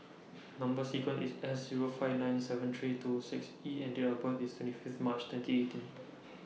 Number sequence IS S Zero five nine seven three two six E and Date of birth IS twenty Fifth March twenty eighteen